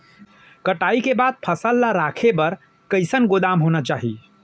कटाई के बाद फसल ला रखे बर कईसन गोदाम होना चाही?